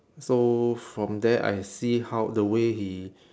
so from there I see how the way he